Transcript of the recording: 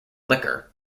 liquor